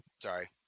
Sorry